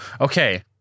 Okay